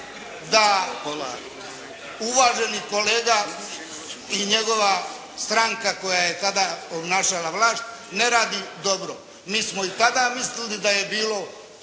da uvaženi kolega i njegova stranka koja je tada obnašala vlast ne radi dobro. Mi smo i tada mislili da je bilo tvrtki